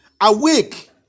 Awake